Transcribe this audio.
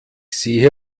sehe